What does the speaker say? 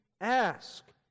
ask